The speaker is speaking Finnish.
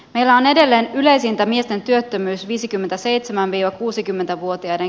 pelaan edelleen yleisintä miesten työttömyys viisikymmentäseitsemän ja kuusikymmentä vuotiaiden